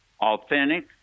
authentic